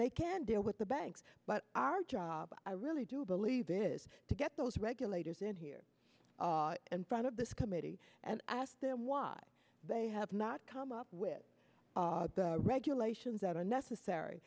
they can deal with the banks but our job i really do believe is to get those regulators in here in front of this committee and ask them why they have not come up with regulations that are necessary